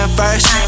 first